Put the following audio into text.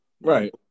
Right